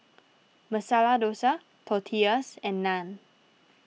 Masala Dosa Tortillas and Naan